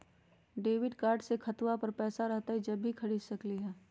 Debit card से खाता पर पैसा रहतई जब ही खरीद सकली ह?